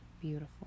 beautiful